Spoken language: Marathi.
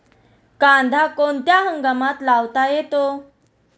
कांदा कोणत्या हंगामात लावता येतो?